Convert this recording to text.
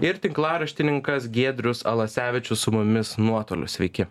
ir tinklaraštininkas giedrius alasevičius su mumis nuotoliu sveiki